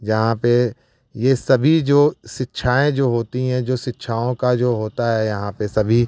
जहाँ पे ये सभी जो शिक्षाएँ जो होती हैं जो शिक्षाओं का जो होता है यहाँ पर सभी